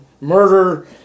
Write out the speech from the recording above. murder